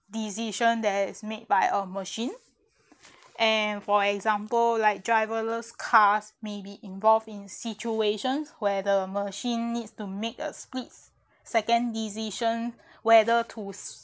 decision that is made by a machine and for example like driverless cars may be involved in situations where the machine needs to make a split second decision whether to